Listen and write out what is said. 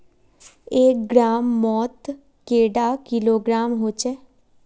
एक ग्राम मौत कैडा किलोग्राम होचे?